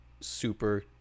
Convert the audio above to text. super